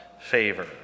favor